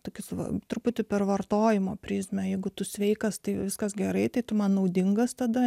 tokius va truputį per vartojimo prizmę jeigu tu sveikas tai viskas gerai tu man naudingas tada